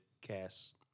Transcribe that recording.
cast